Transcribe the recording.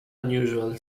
unusual